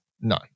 No